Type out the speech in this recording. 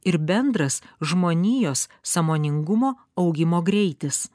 ir bendras žmonijos sąmoningumo augimo greitis